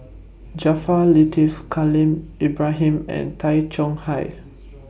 Jaafar Latiff Khalil Ibrahim and Tay Chong Hai